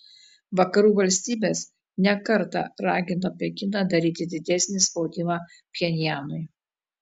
vakarų valstybės ne kartą ragino pekiną daryti didesnį spaudimą pchenjanui